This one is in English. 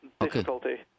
difficulty